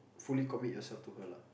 fully commit yourself to her lah